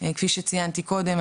כפי שציינתי קודם,